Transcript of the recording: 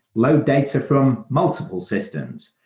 load data from multiple systems.